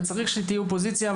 וצריכה להיות אופוזיציה,